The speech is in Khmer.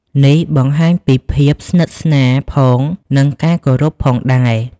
នេះបង្ហាញពីភាពស្និទ្ធស្នាលផង និងការគោរពផងដែរ។